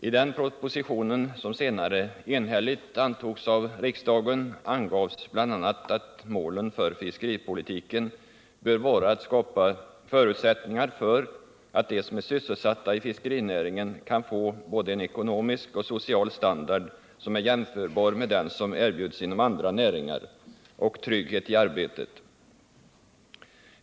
I denna proposition, som senare enhälligt antogs av riksdagen, angavs bl.a. att ”målen för fiskeripolitiken bör vara att skapa förutsättningar för att de som är sysselsatta i fiskerinäringen kan få både en ekonomisk och social standard som är jämförbar med den som erbjuds inom andra näringar och trygghet i arbetet”.